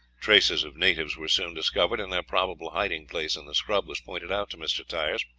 traces of natives were soon discovered, and their probable hiding-place in the scrub was pointed out to mr. tyers.